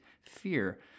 fear